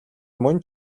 мөн